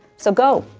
so go,